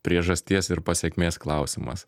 priežasties ir pasekmės klausimas